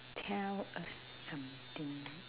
tell us something